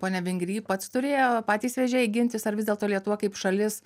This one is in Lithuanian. pone vengry pats turėjo patys vežėjai gintis ar vis dėlto lietuva kaip šalis